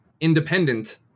independent